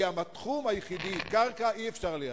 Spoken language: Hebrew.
כי זה התחום היחיד, קרקע אי-אפשר לייצר,